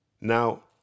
Now